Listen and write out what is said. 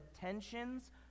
tensions